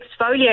exfoliate